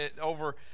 over